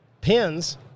pins